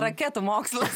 raketų mokslas